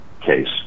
case